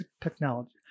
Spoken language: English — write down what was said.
Technology